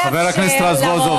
חבר הכנסת רזבוזוב,